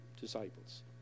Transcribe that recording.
disciples